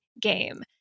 game